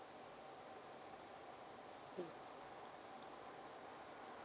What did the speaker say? mm